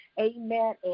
amen